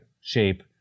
shape